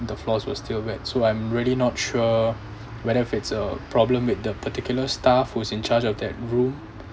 the floors were still wet so I'm really not sure whether if it's a problem with the particular staff who is in charge of that room